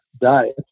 diet